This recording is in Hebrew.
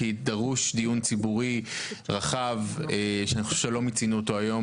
כי דרוש דיון ציבורי רחב שאני חושב שלא מיצינו אותו היום,